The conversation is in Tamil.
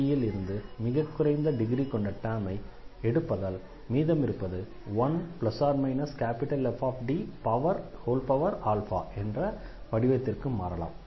f ல் இருந்து மிக குறைந்த டிகிரி கொண்ட டெர்மை எடுப்பதால் மீதமிருப்பது 1±FD என்ற வடிவத்திற்கு மாற்றலாம்